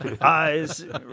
eyes